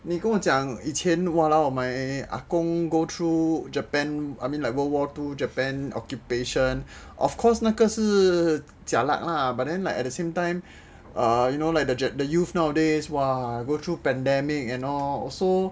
你跟我讲以前 !walao! my ah gong go through japan I mean like world war two japan occupation of course 那个是 jialat lah but then like at the same time you know like the jet the youth nowadays !wah! go through pandemic and also